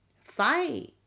fight